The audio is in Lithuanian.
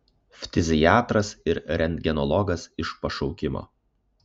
ftiziatras ir rentgenologas iš pašaukimo